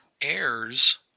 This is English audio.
heirs